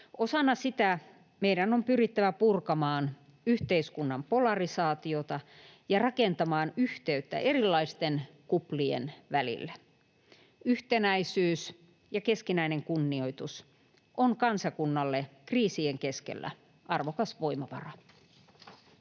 Osana sitä meidän on pyrittävä purkamaan yhteiskunnan polarisaatiota ja rakentamaan yhteyttä erilaisten kuplien välille. Yhtenäisyys ja keskinäinen kunnioitus on kansakunnalle kriisien keskellä arvokas voimavara.